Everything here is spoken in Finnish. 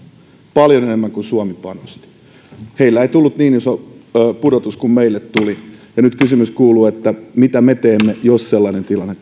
paljon enemmän kuin suomi panosti heille ei tullut niin iso pudotus kuin meille tuli ja nyt kysymys kuuluu mitä me teemme jos sellainen tilanne